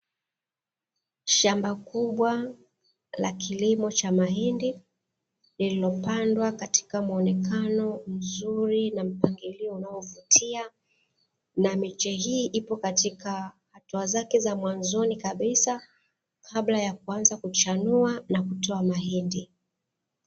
Shamba kubwa la kilimo cha mahindi, lililopandwa katika muonekano mzuri na mpangilio unaovutia, na miche hii ipo katika hatua zake za mwanzoni kabisa kabla ya kuanza kuchanua na kutoa mahindi.